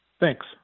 Thanks